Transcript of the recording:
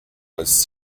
was